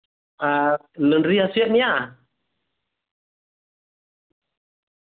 ᱟᱨ ᱱᱟᱹᱰᱨᱤ ᱦᱟᱹᱥᱩᱭᱮᱫ ᱢᱮᱭᱟ